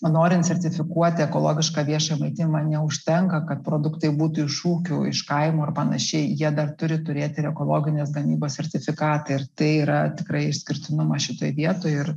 norint sertifikuoti ekologišką viešą maitinimą neužtenka kad produktai būtų šūkių iš kaimo ar panašiai jie dar turi turėti ir ekologinės gamybos sertifikatą ir tai yra tikrai išskirtinumas šitoj vietoj ir